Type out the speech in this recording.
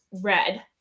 red